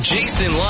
Jason